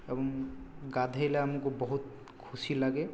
ଏବଂ ଗାଧୋଇଲେ ଆମକୁ ବହୁତ ଖୁସି ଲାଗେ